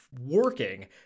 working